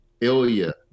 Ilya